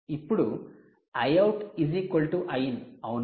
ఇప్పుడు Iout Iin అవునా